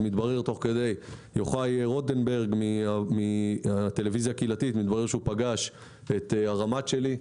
אז מתברר תוך כדי שיוחאי רוטנברג מהטלוויזיה הקהילתית פגש את הרמ"ט שלי,